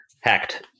hacked